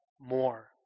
more